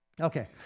Okay